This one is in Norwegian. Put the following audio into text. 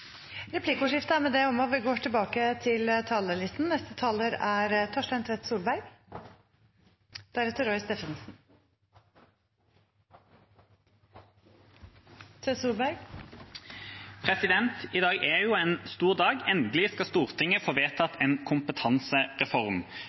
Replikkordskiftet er omme. I dag er en stor dag. Endelig skal Stortinget få